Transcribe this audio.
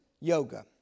yoga